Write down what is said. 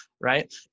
right